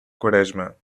quaresma